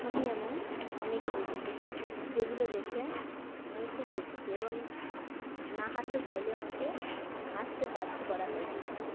আমি এমন অনেক বই দেখেছি যেগুলো দেখে আমি খুব হেসেছি এবং না হাসতে চাইলেও আমাকে হাসতে বাধ্য করা হয়েছিল